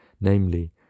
namely